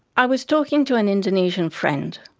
i was talking to an indonesian friend,